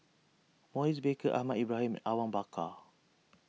Maurice Baker Ahmad Ibrahim and Awang Bakar